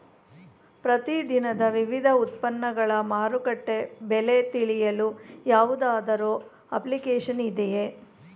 ಪ್ರತಿ ದಿನದ ವಿವಿಧ ಉತ್ಪನ್ನಗಳ ಮಾರುಕಟ್ಟೆ ಬೆಲೆ ತಿಳಿಯಲು ಯಾವುದಾದರು ಅಪ್ಲಿಕೇಶನ್ ಇದೆಯೇ?